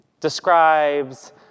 describes